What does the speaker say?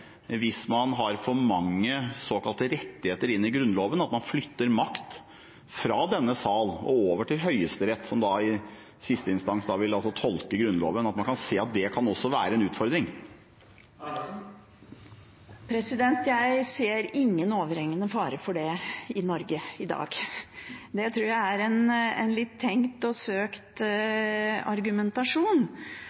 hvis man tar for mange såkalte rettigheter inn i Grunnloven – at man flytter makt fra denne sal og over til Høyesterett, som da i siste instans vil tolke Grunnloven? Ser man at det også kan være en utfordring? Jeg ser ingen overhengende fare for det i Norge i dag. Det tror jeg er en litt tenkt og søkt